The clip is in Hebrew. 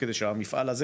כדי שהמפעל הזה,